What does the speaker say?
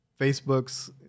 Facebook's